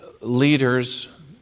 leaders